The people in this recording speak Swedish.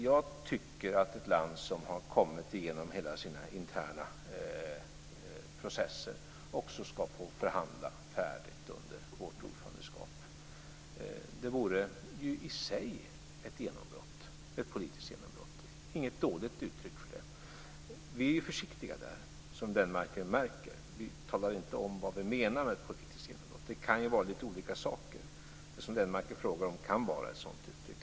Jag tycker att ett land som har kommit igenom hela sina interna processer också ska få förhandla färdigt under vårt ordförandeskap. Det vore i sig ett politiskt genombrott - inget dåligt uttryck för det. Vi är försiktiga där, som Lennmarker märker. Vi talar inte om vad vi menar med ett politiskt genombrott. Det kan vara lite olika saker. Det som Lennmarker frågar om kan vara ett sådant uttryck.